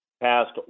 passed